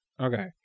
Okay